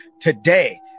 today